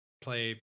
play